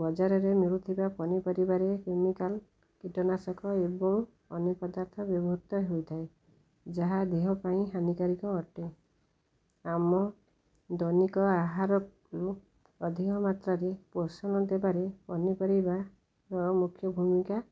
ବଜାରରେ ମିଳୁଥିବା ପନିପରିବାରେ କେମିକାଲ୍ କୀଟନାଶକ ଏବଂ ଅନ୍ୟ ପଦାର୍ଥ ବ୍ୟବହୃତ ହେଇଥାଏ ଯାହା ଦେହ ପାଇଁ ହାନିକାରକ ଅଟେ ଆମ ଦୈନିକ ଆହାରରୁ ଅଧିକ ମାତ୍ରାରେ ପୋଷଣ ଦେବାରେ ପନିପରିବାର ମୁଖ୍ୟ ଭୂମିକା